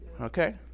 Okay